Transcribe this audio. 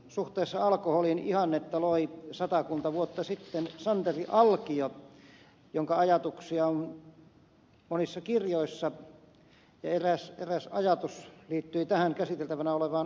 suhteessa alkoholiin ihannetta loi satakunta vuotta sitten santeri alkio jonka ajatuksia on monissa kirjoissa ja eräs ajatus liittyi tähän käsiteltävänä olevaan alkoholikysymykseen